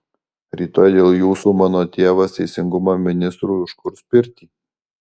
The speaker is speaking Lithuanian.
rytoj dėl jūsų mano tėvas teisingumo ministrui užkurs pirtį